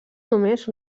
només